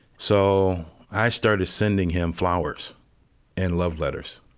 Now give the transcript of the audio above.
so i started sending him flowers and love letters